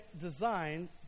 designed